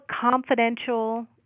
confidential